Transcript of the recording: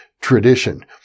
tradition